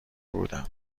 بودم